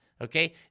okay